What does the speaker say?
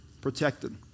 protected